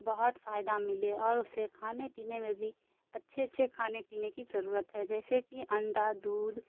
بہت فائدہ ملے اور اسے کھانے پینے میں بھی اچھے اچھے کھانے پینے کی ضرورت ہے جیسے کہ انڈا دودھ